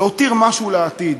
להותיר משהו לעתיד,